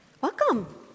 Welcome